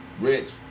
Rich